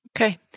okay